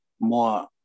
more